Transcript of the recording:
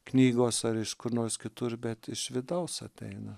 knygos ar iš kur nors kitur bet iš vidaus ateina